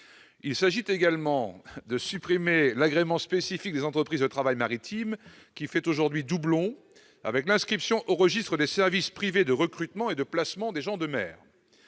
Il s'agit également de supprimer l'agrément spécifique des entreprises de travail maritime, qui fait aujourd'hui doublon avec l'inscription au registre des services privés de recrutement et de placement de gens de mer.